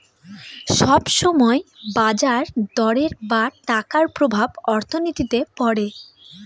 সব সময় বাজার দরের বা টাকার প্রভাব অর্থনীতিতে পড়ে